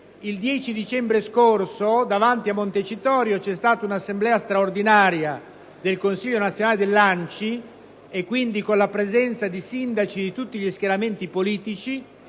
Il 10 dicembre scorso davanti a Montecitorio si è tenuta un'assemblea straordinaria del consiglio nazionale dell'ANCI, con la presenza di sindaci di tutti gli schieramenti politici,